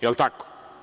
Je li tako?